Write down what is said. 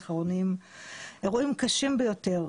אירועים קשים ביותר.